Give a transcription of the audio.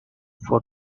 for